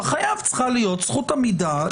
לחייב צריכה להיות זכות עמידה.